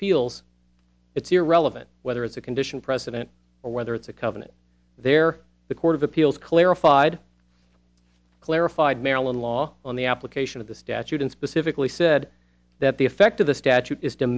appeals it's irrelevant whether it's a condition precedent or whether it's a covenant there the court of appeals clarified clarified maryland law on the application of the statute and specifically said that the effect of the statute is to